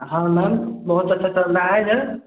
हाँ मैम बहुत अच्छा चल रहा है इधर